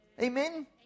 Amen